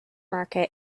market